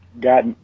got